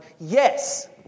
yes